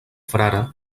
frare